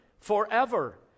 forever